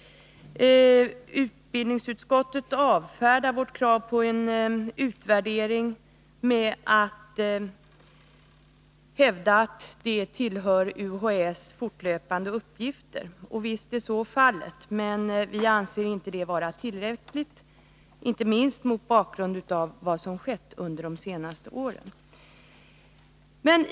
Utbildningsutskottet avfärdar vårt krav på en utvärdering med att hävda att detta tillhör UHÄ:s fortlöpande uppgifter. Visst är så fallet, men vi anser inte det vara tillräckligt, inte minst mot bakgrund av vad som har skett under de senaste åren.